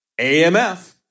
AMF